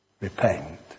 Repent